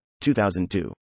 2002